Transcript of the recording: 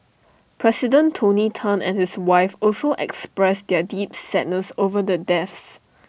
president tony Tan and his wife also expressed their deep sadness over the deaths